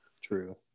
True